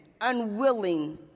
unwilling